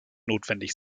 notwendig